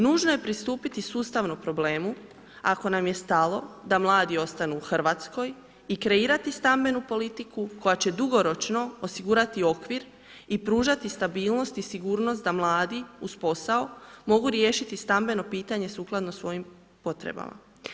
Nužno je pristupiti sustavno problemu ako nam je stalo da mladi ostanu u RH i kreirati stambenu politiku koja će dugoročno osigurati okvir i pružati stabilnost i sigurnost da mladi uz posao mogu riješiti stambeno pitanje sukladno svojim potrebama.